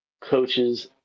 coaches